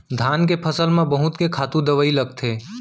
धान के फसल म बहुत के खातू दवई लगथे